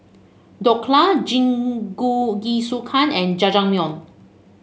Dhokla Jingisukan and Jajangmyeon